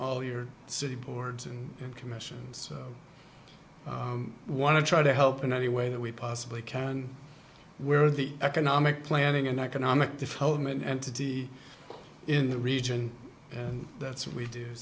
all your city boards and commissions want to try to help in any way that we possibly can where the economic planning and economic development entity in the region and that's what we do